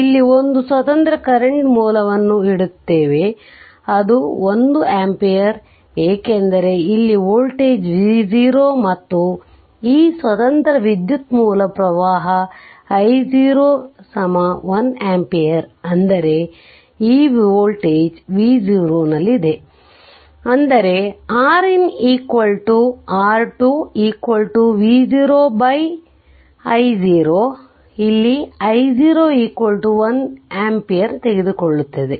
ಇಲ್ಲಿ ಒಂದು ಸ್ವತಂತ್ರ ಕರೆಂಟ್ ಮೂಲವನ್ನು ಇಡುತ್ತೇವೆ ಅದು 1 ಆಂಪಿಯರ್ ಏಕೆಂದರೆ ಇಲ್ಲಿ ವೋಲ್ಟೇಜ್ V0 ಮತ್ತು ಈ ಸ್ವತಂತ್ರ ವಿದ್ಯುತ್ ಮೂಲ ಪ್ರವಾಹ i0 1 ampere ಅಂದರೆ ಈ ವೋಲ್ಟೇಜ್ V0 ನಲ್ಲಿದೆ ಅಂದರೆ Rin R2V0 i0 i0 1 ampere ತೆಗೆದುಕೊಳ್ಳುತ್ತದೆ